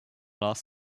last